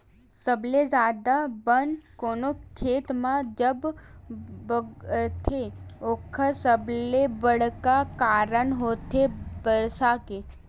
सबले जादा बन कोनो खेत म जब बगरथे ओखर सबले बड़का कारन होथे बरसा के